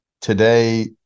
today